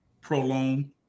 prolong